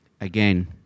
Again